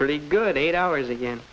pretty good eight hours again